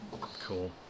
cool